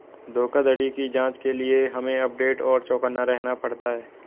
धोखाधड़ी की जांच के लिए हमे अपडेट और चौकन्ना रहना पड़ता है